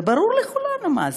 וברור לכולנו מה זה.